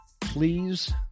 please